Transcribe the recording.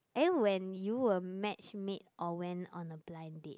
eh when you were match made or went on a blind date